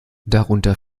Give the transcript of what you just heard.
darunter